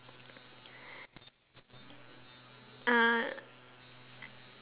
uh